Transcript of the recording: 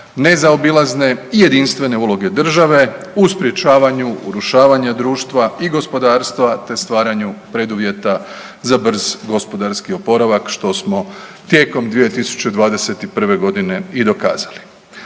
nezaobilazne i jedinstvene uloge države u sprečavanju urušavanja društva i gospodarstva te stvaranju preduvjeta za brz gospodarski oporavak što smo tijekom 2021.g. i dokazali.